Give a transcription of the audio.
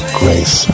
grace